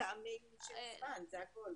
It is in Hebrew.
זה הכול.